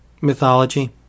mythology